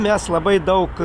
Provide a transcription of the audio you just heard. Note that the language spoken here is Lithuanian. mes labai daug